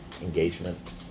engagement